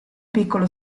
piccolo